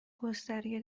گستره